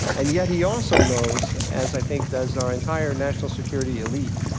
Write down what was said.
and yet he also knows, as i think does our entire national security elite,